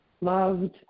loved